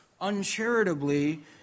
uncharitably